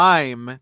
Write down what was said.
Time